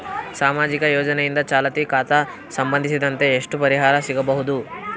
ಸಾಮಾಜಿಕ ಯೋಜನೆಯಿಂದ ಚಾಲತಿ ಖಾತಾ ಸಂಬಂಧಿಸಿದಂತೆ ಎಷ್ಟು ಪರಿಹಾರ ಸಿಗಬಹುದು?